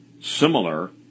similar